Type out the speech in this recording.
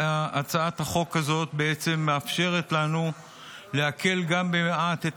הצעת החוק הזאת בעצם מאפשרת לנו להקל גם במעט את